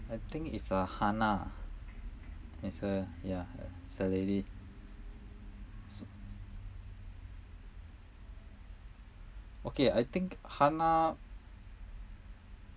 I think is uh hannah it's a yeah it's a lady okay I think hannah